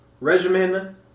regimen